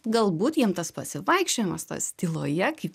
galbūt jiem tas pasivaikščiojimas tas tyloje kaip